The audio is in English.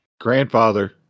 Grandfather